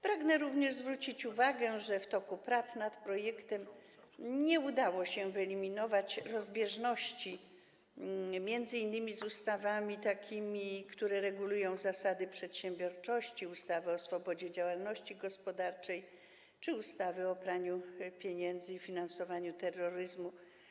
Pragnę również zwrócić uwagę, że w toku prac nad projektem nie udało się wyeliminować rozbieżności m.in. z ustawami, które regulują zasady przedsiębiorczości, ustawą o swobodzie działalności gospodarczej czy ustawą o przeciwdziałaniu praniu pieniędzy i finansowaniu terroryzmu.